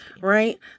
right